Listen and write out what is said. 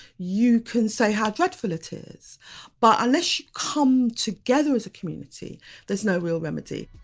you can say how dreadful it is but unless you come together as a community there's no real remedy